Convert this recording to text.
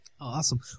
Awesome